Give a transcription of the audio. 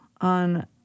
on